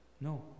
No